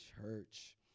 church